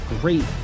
great